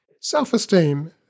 Self-esteem